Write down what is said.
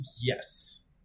Yes